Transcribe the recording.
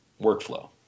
workflow